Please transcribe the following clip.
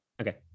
Okay